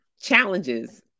challenges